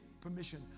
permission